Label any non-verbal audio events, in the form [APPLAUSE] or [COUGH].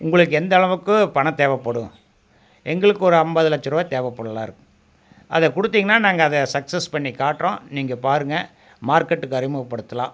உங்களுக்கு எந்தளவுக்கு பணம் தேவப்படும் எங்களுக்கு ஒரு ஐம்பது லட்சருபா தேவப்படுதில்ல [UNINTELLIGIBLE] அதை கொடுத்திங்கனா நாங்கள் அதை சக்ஸஸ் பண்ணிக்காட்டுறோம் நீங்கள் பாருங்கள் மார்க்கெட்டுக்கு அறிமுகப்படுத்தலாம்